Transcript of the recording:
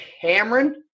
Cameron